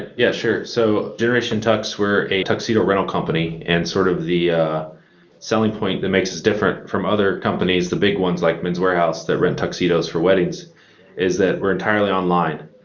yeah, sure. so generation tux, we're a tuxedo rental company and sort of the ah selling point that makes us different from other companies, the big ones like men's wearhouse that rent tuxedos for weddings is that we're entirely online.